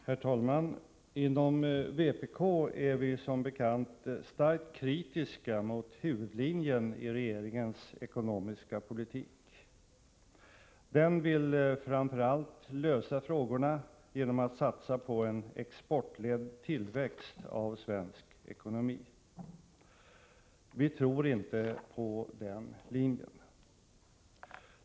Herr talman! Inom vpk är vi som bekant starkt kritiska mot huvudlinjen i regeringens ekonomiska politik. Den vill framför allt lösa problemen genom att satsa på en exportledd tillväxt i svensk ekonomi. Vi tror inte på den linjen.